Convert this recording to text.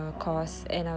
oh oh